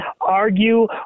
Argue